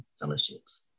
fellowships